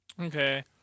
okay